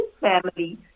family